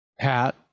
hat